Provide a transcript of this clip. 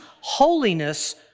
holiness